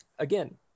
again